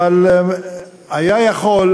אבל היה יכול,